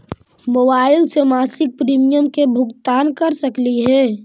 Mobile से मासिक premium के भुगतान कर सकली हे?